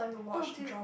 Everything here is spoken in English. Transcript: no d~